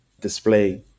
display